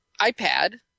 iPad